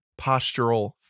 postural